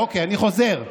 אוקיי, אני חוזר: